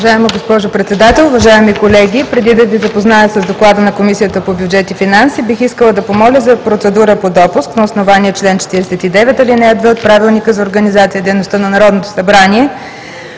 Уважаема госпожо Председател, уважаеми колеги! Преди да Ви запозная с Доклада на Комисията по бюджет и финанси бих искала да помоля за процедура по допуск – на основание чл. 49, ал. 2 от Правилника за организацията и дейността на Народното събрание,